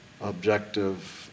objective